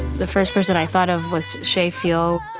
the first person i thought of was shae fiol.